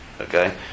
Okay